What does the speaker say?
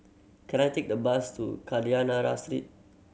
can I take the bus to Kadayanallur Street